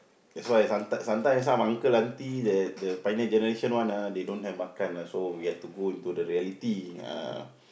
that's why sometimes sometimes some uncle auntie they the pioneer generation one ah they don't have makan ah so we have to go into the reality ah